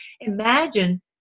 Imagine